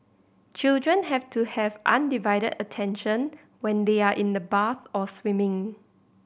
children have to have undivided attention when they are in the bath or swimming